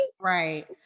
Right